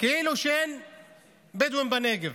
כאילו אין בדואים בנגב.